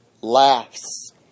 laughs